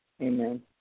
Amen